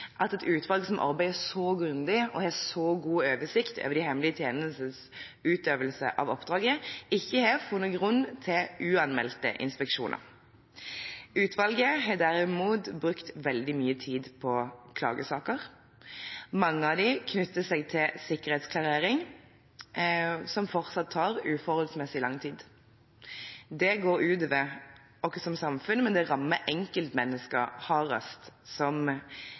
at et utvalg som arbeider så grundig og har så god oversikt over de hemmelige tjenestenes utøvelse av oppdraget, ikke har funnet grunn til uanmeldte inspeksjoner. Utvalget har derimot brukt veldig mye tid på klagesaker. Mange av dem knytter seg til sikkerhetsklarering, som fortsatt tar uforholdsmessig lang tid. Det går ut over oss som samfunn, men det rammer enkeltmennesker hardest – som